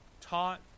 taught